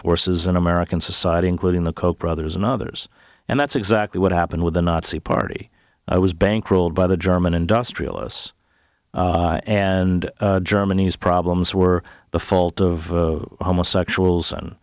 forces in american society including the koch brothers and others and that's exactly what happened with the nazi party i was bankrolled by the german industrialists and germany's problems were the fault of homosexuals and